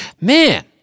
Man